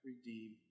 redeem